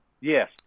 Yes